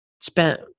spent